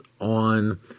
on